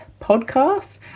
podcast